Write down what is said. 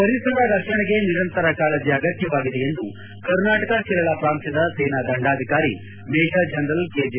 ಪರಿಸರ ರಕ್ಷಣೆಗೆ ನಿರಂತರ ಕಾಳಜಿ ಅಗತ್ತವಾಗಿದೆ ಎಂದು ಕರ್ನಾಟಕ ಕೇರಳ ಪ್ರಾಂತ್ಯದ ಸೇನಾ ದಂಡಾಧಿಕಾರಿ ಮೇಜರ್ ಜನರಲ್ ಕೆಜೆ